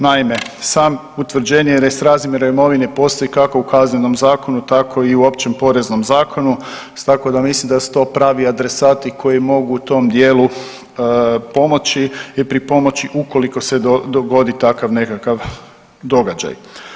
Naime, sam utvrđenje nesrazmjera imovine postoji kako u Kaznenom zakonu tako i u Općem poreznom zakonu, tako da mislim da su to pravi adresati koji mogu u tom dijelu pomoći i pripomoći ukoliko se dogodi takav nekakav događaj.